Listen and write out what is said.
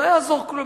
לא יעזור כלום,